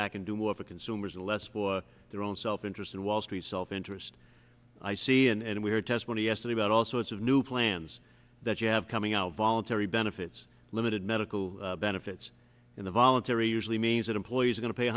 back and do more for consumers and less for their own self interest and wall street self interest i see and we're testimony yesterday about all sorts of new plans that you have coming out voluntary benefits limited medical benefits in the voluntary usually means that employees are go